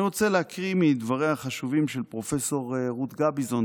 אני רוצה להקריא מדבריה החשובים של פרופ' רות גביזון,